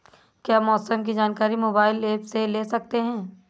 क्या मौसम की जानकारी मोबाइल ऐप से ले सकते हैं?